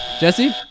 Jesse